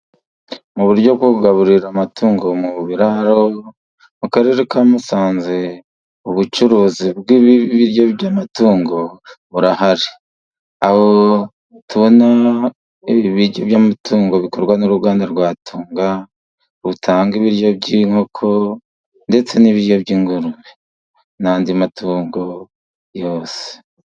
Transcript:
Mu buryo bwo kugaburira amatungo mu biraro, mu Karere ka Musanze ubucuruzi bw'ibiryo by'amatungo burahari. Aho tubona ibyo biryo by'amatungo bikorwa n'uruganda rwa Tunga, rutanga ibiryo by'inkoko, ndetse n'ibiryo by'ingurube n'andi matungo yose.